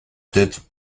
tête